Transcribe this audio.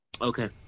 Okay